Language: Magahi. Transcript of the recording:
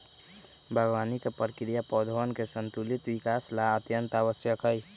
बागवानी के प्रक्रिया पौधवन के संतुलित विकास ला अत्यंत आवश्यक हई